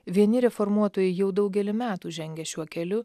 vieni reformuotojai jau daugelį metų žengia šiuo keliu